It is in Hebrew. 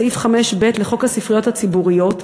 סעיף 5(ב) לחוק הספריות הציבוריות,